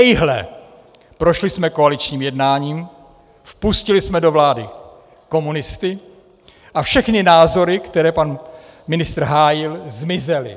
Ejhle, prošli jsme koaličním jednáním, vpustili jsme do vlády komunisty a všechny názory, které pan ministr hájil, zmizely.